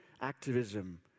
Activism